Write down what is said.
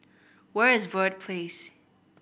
where is Verde Place